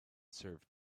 serve